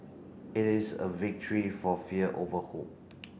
it is a victory for fear over hope